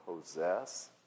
possess